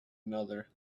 another